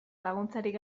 laguntzarik